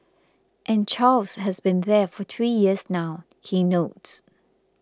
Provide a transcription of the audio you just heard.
and Charles has been there for three years now he notes